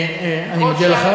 אני מודה לך.